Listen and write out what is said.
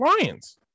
Lions